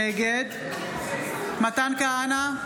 נגד מתן כהנא,